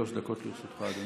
שלוש דקות לרשותך, אדוני.